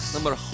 Number